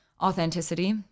authenticity